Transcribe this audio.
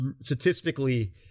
statistically